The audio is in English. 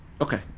Okay